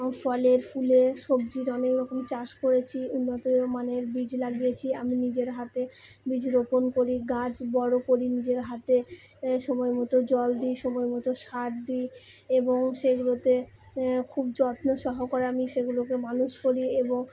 ফলের ফুলের সবজির অনেক রকম চাষ করেছি উন্নতমানের বীজ লাগিয়েছি আমি নিজের হাতে বীজ রোপণ করি গাছ বড়ো করি নিজের হাতে সময়মতো জল দিই সময়মতো সার দিই এবং সেগুলোতে খুব যত্ন সহকারে আমি সেগুলোকে মানুষ করি এবং